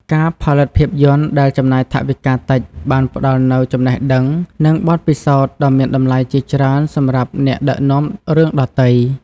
ការផលិតភាពយន្តដែលចំណាយថវិកាតិចបានផ្តល់នូវចំណេះដឹង និងបទពិសោធន៍ដ៏មានតម្លៃជាច្រើនសម្រាប់អ្នកដឹកនាំរឿងដទៃ។